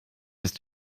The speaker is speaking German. ist